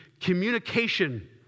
communication